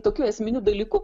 tokiu esminiu dalyku